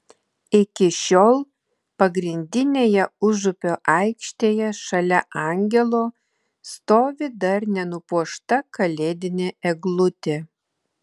iki šiol pagrindinėje užupio aikštėje šalia angelo stovi dar nenupuošta kalėdinė eglutė